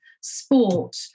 sport